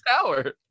tower